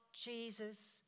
Jesus